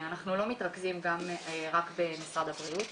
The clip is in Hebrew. אנחנו לא מתרכזים רק במשרד הבריאות.